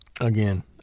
Again